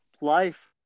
life